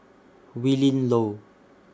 Willin Low